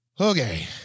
Okay